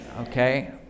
Okay